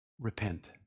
Repent